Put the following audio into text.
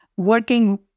working